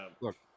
Look